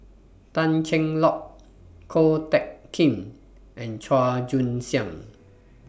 Tan Cheng Lock Ko Teck Kin and Chua Joon Siang